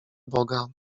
boga